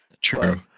True